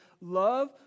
Love